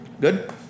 Good